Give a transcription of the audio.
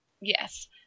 Yes